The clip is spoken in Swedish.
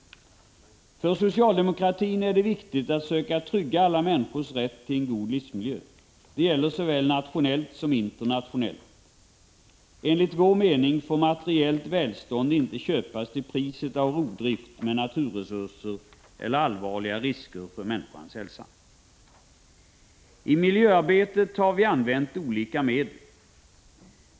För socialdemokraterna är det viktigt att söka trygga alla människors rätt till en god livsmiljö. Det gäller såväl nationellt som internationellt. Enligt vår mening får materiellt välstånd inte köpas till priset av rovdrift med naturresurser eller allvarliga risker för människors hälsa. I miljöarbetet har vi använt olika medel.